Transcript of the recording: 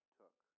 took